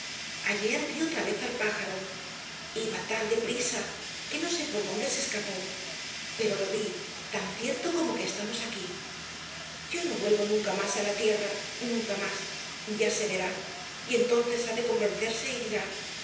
ayer vi otra vez el pájaro iba tan de prisa que no sé por dónde se escapó pero lo vi tan cierto como que aquí estamos yo no vuelvo nunca más á la tierra nunca más ya se verá y entonces ha de convencerse y dirá